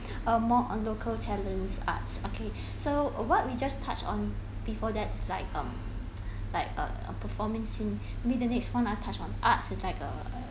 uh more on local talent's arts okay so uh what we just touched on before that like uh like uh performing scene maybe next one I'll touch on arts is like a uh